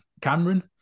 cameron